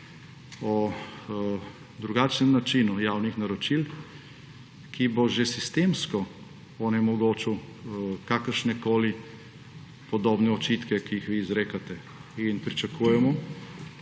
o drugačnem načinu javnih naročil, ki bo že sistemsko onemogočil kakršnekoli podobne očitke, ki jih vi izrekate in pričakujemo,